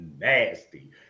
nasty